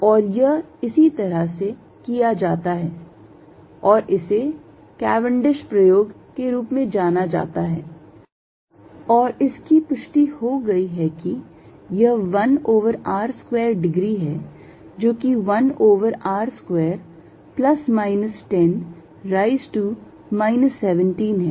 और यह इसी तरह से किया जाता है और इसे केवेण्डिश प्रयोग के रूप में जाना जाता है और इसकी पुष्टि हो गई है कि यह 1 over r square डिग्री है जो कि 1 over r square plus minus 10 rise to minus 17 है